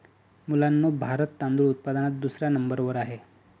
मुलांनो भारत तांदूळ उत्पादनात दुसऱ्या नंबर वर आहे